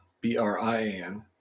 B-R-I-A-N